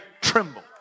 tremble